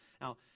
Now